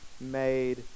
made